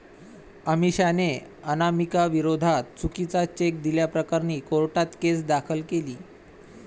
अमिषाने अनामिकाविरोधात चुकीचा चेक दिल्याप्रकरणी कोर्टात केस दाखल केली